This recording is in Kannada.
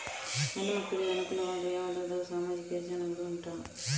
ಹೆಣ್ಣು ಮಕ್ಕಳಿಗೆ ಅನುಕೂಲವಾಗುವ ಯಾವುದಾದರೂ ಸಾಮಾಜಿಕ ಯೋಜನೆಗಳು ಉಂಟಾ?